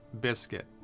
biscuit